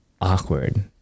awkward